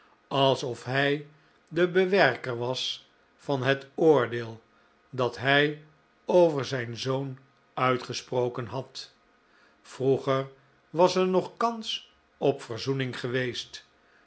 alsof hij de bewerker was van het oordeel dat hij over zijn zoon uitgesproken had vroeger was er nog kans op verzoening geweest